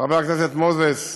חבר הכנסת מוזס,